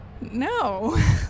No